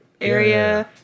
area